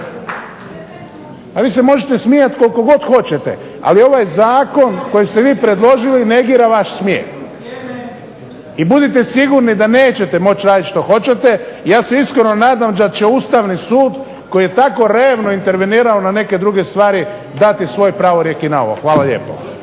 A vi se možete smijati koliko god hoćete. Ali ovaj Zakon koji ste vi predložili negira vaš smijeh i budite sigurni da nećete moći raditi što hoćete. Ja se iskreno nadam da će Ustavni sud koji je tako rerno intervenirao na neke druge stvari dati svoj pravorijek i na ovo. Hvala lijepo.